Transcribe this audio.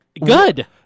good